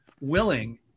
willing